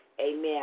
Amen